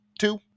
two